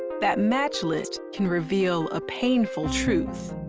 that match list can reveal a painful truth.